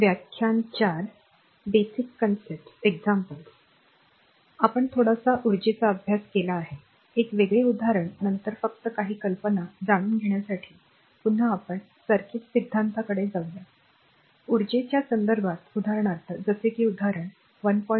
म्हणून जसे आपण थोडासा उर्जेचा अभ्यास केला आहे एक वेगळे उदाहरण नंतर फक्त काही कल्पना जाणून घेण्यासाठी पुन्हा आपण सर्किट सिद्धांताकडे जाऊया I ऊर्जेच्या संदर्भात उदाहरणार्थ जसे की उदाहरण 1